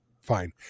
Fine